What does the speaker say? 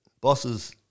bosses